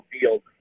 field